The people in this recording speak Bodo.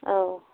औ